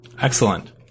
Excellent